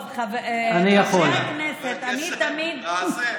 טוב, חברי הכנסת, אני תמיד, בבקשה, תעשה.